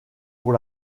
pour